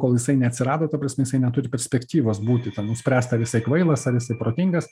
kol jisai neatsirado ta prasme jisai neturi perspektyvos būti nuspręst ar jisai kvailas ar jisai protingas